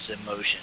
emotion